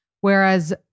whereas